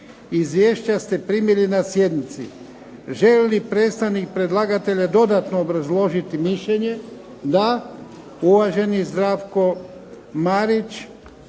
Izvješća ste primili na sjednici. Želi li predstavnik predlagatelja dodatno obrazložiti mišljenje? Da. Uvaženi Zdravko Marić,